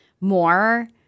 more